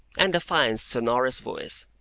and a fine sonorous voice.